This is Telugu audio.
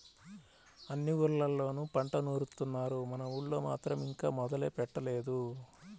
అన్ని ఊర్లళ్ళోనూ పంట నూరుత్తున్నారు, మన ఊళ్ళో మాత్రం ఇంకా మొదలే పెట్టలేదు